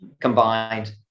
combined